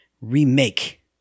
Remake